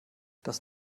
das